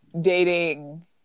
dating